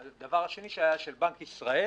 והדבר השני, הייתה הערה של בנק ישראל